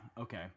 okay